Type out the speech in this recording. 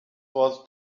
was